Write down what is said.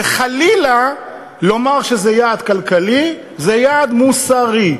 וחלילה לומר שזה יעד כלכלי, זה יעד מוסרי.